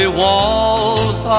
walls